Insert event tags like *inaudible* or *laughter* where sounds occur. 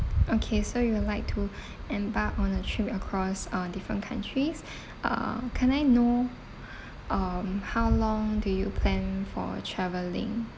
okay so you would like to *breath* embark on a trip across uh different countries *breath* uh can I know *breath* um how long do you plan for travelling